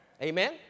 Amen